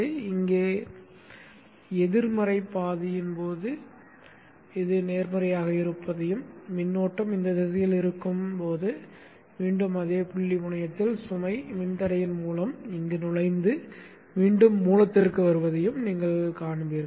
எனவே இங்கே எதிர்மறை பாதியின் போது இது நேர்மறையாக இருப்பதையும் மின் ஓட்டம் இந்த திசையில் இருக்கும் என்பதையும் மீண்டும் அதே புள்ளி முனையத்தில் சுமை மின்தடையின் மூலம் இங்கு நுழைந்து மீண்டும் மூலத்திற்கு வருவதையும் நீங்கள் காண்பீர்கள்